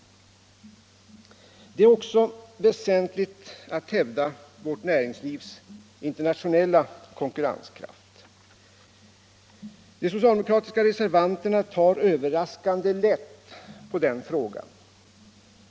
Det är också väsentligt att hävda vårt näringslivs internationella konkurrenskraft. De socialdemokratiska reservanterna tar överraskande lätt på den frågan.